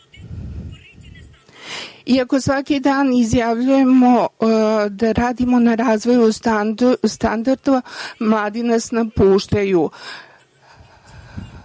svaki dan izjavljujemo da radimo na razvoju standarda, mladi nas napuštaju.